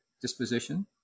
disposition